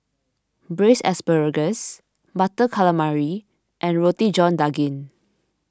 Braised Asparagus Butter Calamari and Roti John Daging